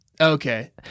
Okay